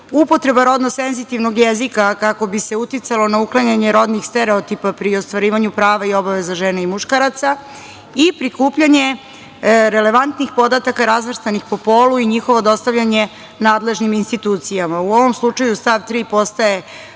upotrebna rodno senzitivnog jezika kako bi se uticalo na uklanjanje rodnih stereotipa pri ostvarivanju prava i obaveza žena i muškaraca i prikupljanje relevantnih podataka razvrstanih po polu i njihovo dostavljanje nadležnim institucijama. U ovom slučaju stav 3. postaje